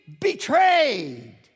betrayed